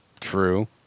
True